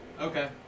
Okay